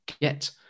GET